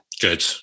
Good